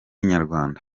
inyarwanda